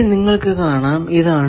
ഇനി നിങ്ങൾക്കു കാണാം ഇതാണ്